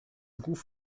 głów